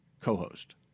co-host